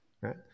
right